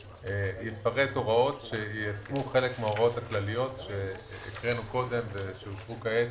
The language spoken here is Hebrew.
שיפרט הוראות שיישמו חלק מההוראות הכלליות שהקראנו קודם ושהונחו כעת